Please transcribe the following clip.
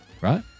Right